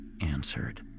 answered